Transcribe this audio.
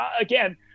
again